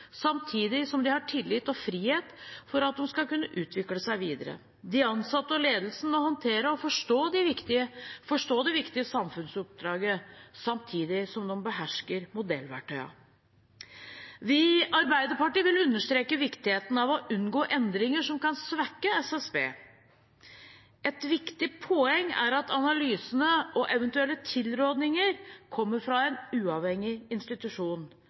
samtidig som de har tillit og frihet, sånn at de skal kunne utvikle seg videre. De ansatte og ledelsen må håndtere og forstå det viktige samfunnsoppdraget, samtidig som de behersker modellverktøyene. Vi i Arbeiderpartiet vil understreke viktigheten av å unngå endringer som kan svekke SSB. Et viktig poeng er at analysene og eventuelle tilrådninger kommer fra en uavhengig institusjon